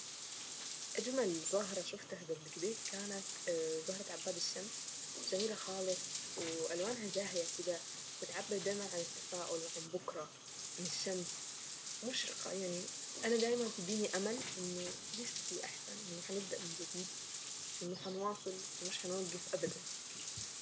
اجمل زهرة شفتها قبل كده كانت زهرة عباد الشمس جميلة خالص والوانها زاهية كدا بتعبر دايما عن التفاؤل وعن بكرة عن الشمس مشرقة يعني انا دايما تديني امل انه لسه في احسن ان هنبدأ من جديد انه هنواصل ومش هنوقف ابدا.